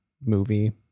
movie